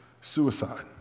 suicide